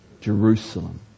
Jerusalem